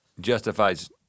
justifies